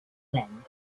them